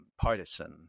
partisan